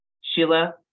Sheila